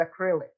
acrylic